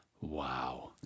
wow